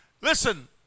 Listen